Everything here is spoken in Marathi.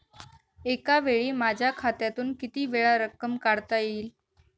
एकावेळी माझ्या खात्यातून कितीवेळा रक्कम काढता येईल?